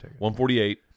148